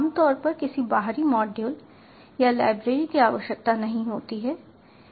आमतौर पर किसी बाहरी मॉड्यूल या लाइब्रेरी की आवश्यकता नहीं होती है